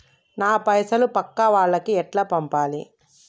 నా పైసలు పక్కా వాళ్లకి ఎట్లా పంపాలి?